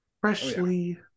Freshly